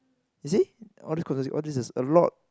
you see all these causes all these is a lot